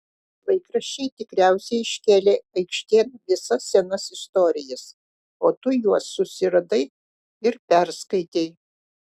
laikraščiai tikriausiai iškėlė aikštėn visas senas istorijas o tu juos susiradai ir perskaitei